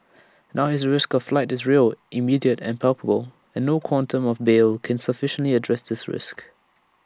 now his risk of flight is real immediate and palpable and no quantum of bail can sufficiently address this risk